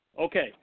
Okay